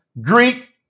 Greek